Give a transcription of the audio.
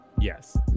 Yes